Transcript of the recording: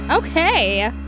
Okay